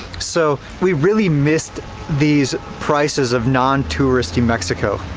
so we really missed these prices of non-touristy mexico.